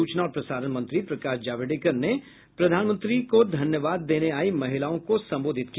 सूचना और प्रसारण मंत्री प्रकाश जावड़ेकर ने प्रधानमंत्री को धन्यवाद देने आयी महिलाओं को सम्बोधित किया